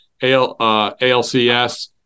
ALCS